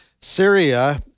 Syria